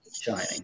shining